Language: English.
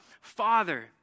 Father